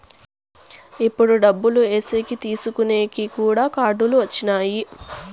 ఇప్పుడు డబ్బులు ఏసేకి తీసుకునేకి కూడా కార్డులు వచ్చినాయి